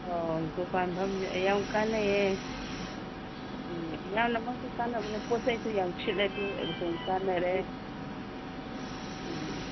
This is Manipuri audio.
ꯑꯧ ꯗꯨꯀꯥꯟ ꯐꯝꯕꯁꯦ ꯌꯥꯝ ꯀꯥꯅꯩꯌꯦ ꯎꯝ ꯌꯥꯝꯅꯃꯛꯇꯤ ꯀꯥꯅꯕꯅꯦ ꯄꯣꯠꯆꯩꯁꯨ ꯌꯥꯝꯅ ꯁꯤꯠꯂꯤ ꯑꯗꯨꯝ ꯀꯥꯅꯔꯦ ꯎꯝ